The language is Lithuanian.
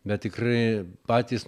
bet tikrai patys